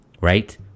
right